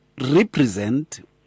represent